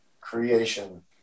creation